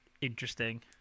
Interesting